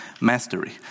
mastery